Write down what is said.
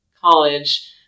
college